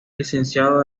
licenciado